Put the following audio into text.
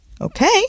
Okay